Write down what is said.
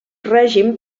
règim